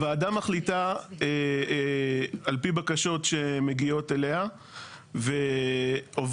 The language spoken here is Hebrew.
הועדה מחליטה על פי בקשות שמגיעות אליה ועוברות,